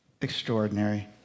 Extraordinary